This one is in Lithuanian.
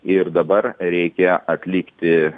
ir dabar reikia atlikti